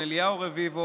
אליהו רביבו,